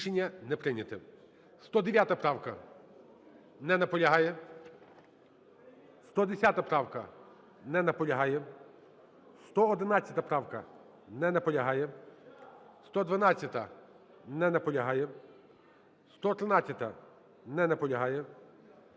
Рішення не прийнято.